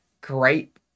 great